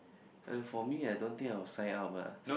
uh for me I don't think I will sign up lah